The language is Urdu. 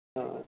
ہاں